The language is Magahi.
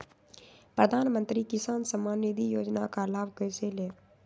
प्रधानमंत्री किसान समान निधि योजना का लाभ कैसे ले?